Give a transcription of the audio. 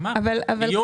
אדוני